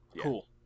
Cool